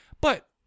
But-